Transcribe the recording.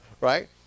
right